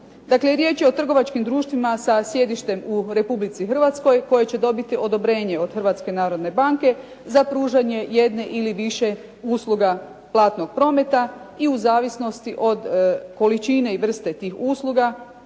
riječ je o trgovačkim društvima sa sjedištem u Republici Hrvatskoj koje će dobiti odobrenje od Hrvatske narodne banke za pružanje jedne ili više usluga platnog prometa i u zavisnosti od količine i vrste tih usluga